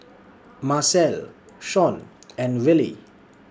Marcelle Shon and Rillie